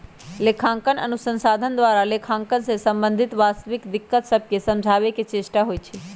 लेखांकन अनुसंधान द्वारा लेखांकन से संबंधित वास्तविक दिक्कत सभके समझाबे के चेष्टा होइ छइ